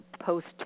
post